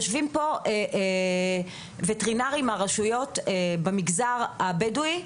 יושבים פה וטרינרים מהרשויות במגזר הבדואי.